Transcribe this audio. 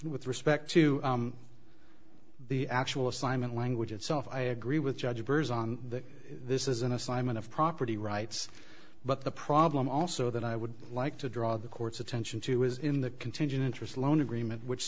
with respect to the actual assignment language itself i agree with judge burrs on that this is an assignment of property rights but the problem also that i would like to draw the court's attention to is in the contingent interest loan agreement which